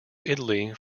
italy